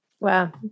Wow